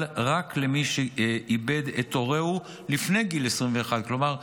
רק למי שאיבד את הורהו לפני גיל 21. כלומר,